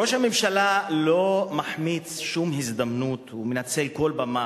ראש הממשלה לא מחמיץ שום הזדמנות ומנצל כל במה